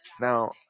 Now